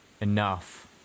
Enough